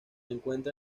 encuentra